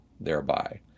thereby